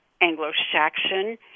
Anglo-Saxon